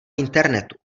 internetu